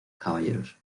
caballeros